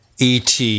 ET